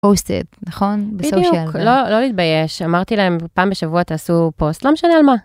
פוסטד בדיוק! לא לא להתבייש, אמרתי להם פעם בשבוע תעשו פוסט לא משנה על מה.